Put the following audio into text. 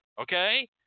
okay